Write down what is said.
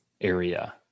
area